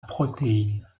protéine